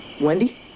Wendy